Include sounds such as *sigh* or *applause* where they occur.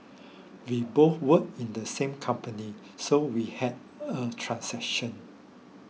*noise* we both work in the same company so we had a transaction